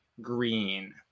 green